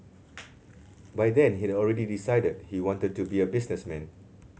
by then he had already decided he wanted to be a businessman